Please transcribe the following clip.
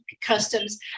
customs